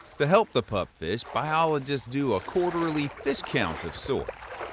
to help the pupfish, biologists do a quarterly fish count of sorts.